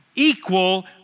equal